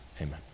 Amen